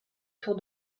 tour